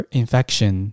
infection